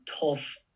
tough